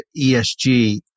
ESG